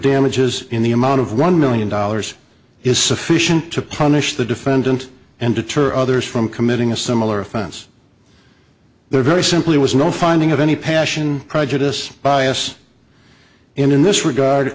damages in the amount of one million dollars is sufficient to punish the defendant and deter others from committing a similar offense their very simply was no finding of any passion prejudice bias and in this regard